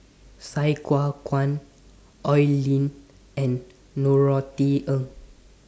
Sai Kua Kuan Oi Lin and Norothy Ng